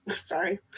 sorry